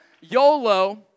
YOLO